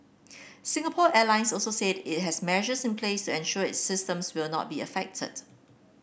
Singapore Airlines also said it has measures in place to ensure its systems will not be affected